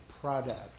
product